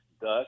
Thus